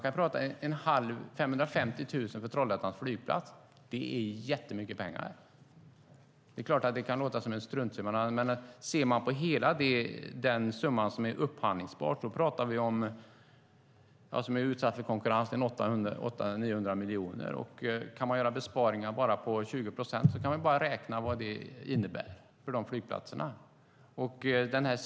550 000 kronor för Trollhättans flygplats är jättemycket pengar. Det kan låta som en struntsumma, men ser man till hela den summa som är upphandlingsbar och utsatt för konkurrens är det 800-900 miljoner. Kan man då göra besparingar på 20 procent är det bara att räkna på vad det innebär för de flygplatser det gäller.